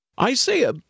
Isaiah